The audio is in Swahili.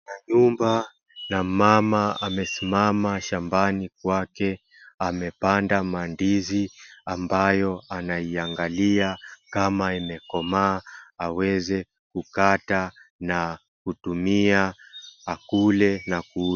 Kuna nyumba na mama amesimama shambani kwake, amepanda mandizi ambayo anaiangalia kama imekomaa aweze kukata na kutumia akule na kuu...